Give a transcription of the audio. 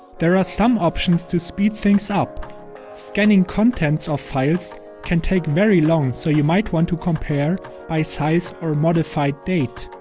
there are some options to speed things up scanning contents of files can take very long so you might want to compare by size or modified date.